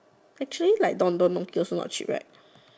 actually like Don-Don-Donki also not cheap right